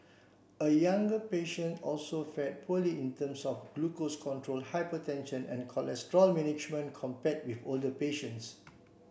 a younger patient also fared poorly in terms of glucose control hypertension and cholesterol management compare with older patients